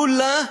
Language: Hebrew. כולה,